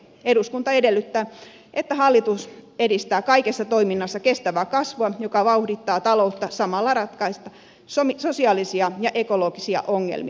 eduskunta edellyttää että hallitus edistää kaikessa toiminnassa kestävää kasvua joka vauhdittaa taloutta samalla ratkaisten sosiaalisia ja ekologisia ongelmia